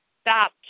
stop